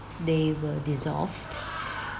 they were dissolved